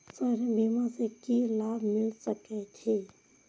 Sir बीमा से की लाभ मिल सके छी?